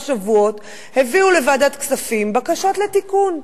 שבועות הביאו לוועדת כספים בקשות לתיקון.